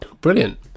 brilliant